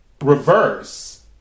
reverse